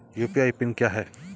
UPI pin क्या है?